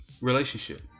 relationship